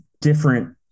different